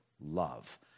love